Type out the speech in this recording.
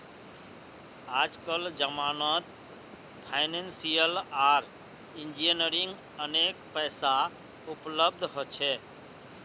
आजकल जमानत फाइनेंसियल आर इंजीनियरिंग अनेक पैसा उपलब्ध हो छे